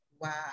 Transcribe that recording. wow